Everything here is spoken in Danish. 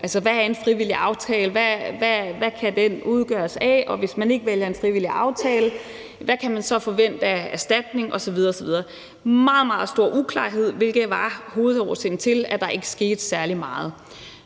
her. Hvad er en frivillig aftale? Hvad kan den udgøres af? Og hvis man ikke vælger en frivillig aftale, hvad kan man så forvente af erstatning osv. osv.? Der var meget, meget stor uklarhed, hvilket var hovedårsagen til, at der ikke skete særlig meget.